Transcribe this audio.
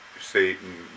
Satan